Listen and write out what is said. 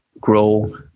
grow